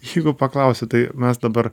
jeigu paklausit tai mes dabar